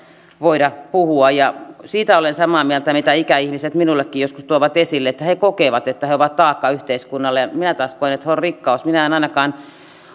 voida puhua siitä olen samaa mieltä mitä ikäihmiset minullekin joskus tuovat esille että he he kokevat että he ovat taakka yhteiskunnalle minä taas koen että he ovat rikkaus minä en ainakaan ilman